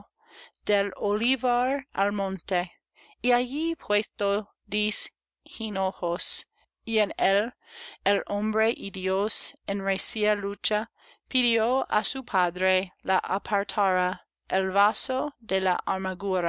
olivar al monte y allí puesto de hinojos y en él el hombre y dios en recia lucha pidió á su padre le apartara el vaso de la